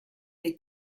les